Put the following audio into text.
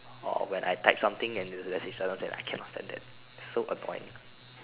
or when I type something and it's message says that I cannot stand it so annoying